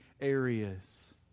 areas